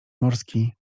morski